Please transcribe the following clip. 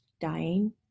dying